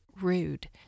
rude